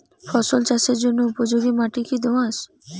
ফসল চাষের জন্য উপযোগি মাটি কী দোআঁশ?